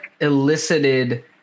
elicited